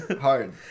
hard